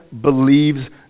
believes